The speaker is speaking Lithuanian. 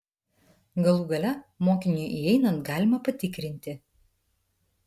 galų gale mokiniui įeinant galima patikrinti